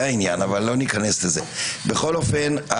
בכל אופן,